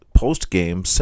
Post-game